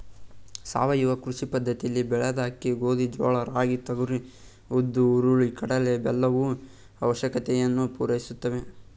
ಸಾವಯವ ಕೃಷಿ ಪದ್ದತಿಲಿ ಬೆಳೆದ ಅಕ್ಕಿ ಗೋಧಿ ಜೋಳ ರಾಗಿ ತೊಗರಿ ಉದ್ದು ಹುರುಳಿ ಕಡಲೆ ಬೆಲ್ಲವು ಅವಶ್ಯಕತೆಯನ್ನು ಪೂರೈಸುತ್ತದೆ